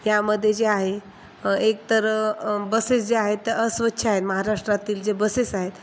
यामध्ये जे आहे एकतर बसेस जे आहेत ते अस्वच्छ आहेत महाराष्ट्रातील जे बसेस आहेत